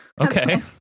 okay